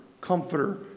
comforter